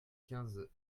quinze